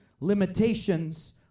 limitations